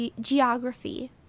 Geography